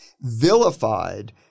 vilified